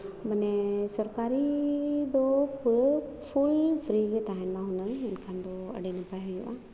ᱢᱟᱱᱮ ᱥᱚᱨᱠᱟᱨᱤ ᱫᱚ ᱯᱩᱨᱟᱹ ᱯᱷᱩᱞ ᱯᱷᱨᱤᱜᱮ ᱛᱟᱦᱮᱱᱼᱢᱟ ᱦᱩᱱᱟᱹᱝ ᱮᱱᱠᱷᱟᱱ ᱫᱚ ᱟᱹᱰᱤ ᱱᱟᱯᱟᱭ ᱦᱩᱭᱩᱜᱼᱟ